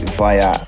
via